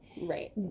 Right